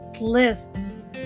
lists